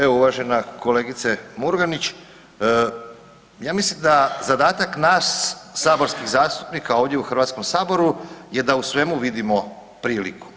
Evo uvažena kolegice Murganić, ja mislim da zadatak nas saborskih zastupnika ovdje u Hrvatskom saboru da u svemu vidimo priliku.